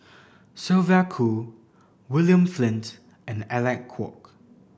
Sylvia Kho William Flint and Alec Kuok